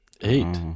Eight